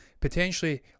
potentially